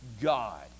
God